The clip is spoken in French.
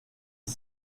est